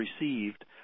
received